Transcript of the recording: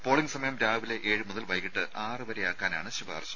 polling സമയം രാവിലെ ഏഴുമുതൽ വൈകിട്ട് ആറുവരെയാക്കാനാണ് ശുപാർശ